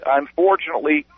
unfortunately